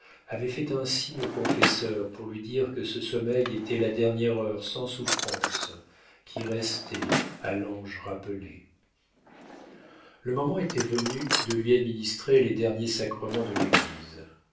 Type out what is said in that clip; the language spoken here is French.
avait fait un signe au confesseur pour lui dire que ce sommeil était la dernière heure sans souffrance qui restait à l'ange rappelé le moment était venu de lui administrer les derniers sacrements de l'église